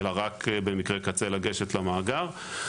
אלא רק במקרי קצה לגשת למאגר.